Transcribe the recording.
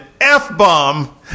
F-bomb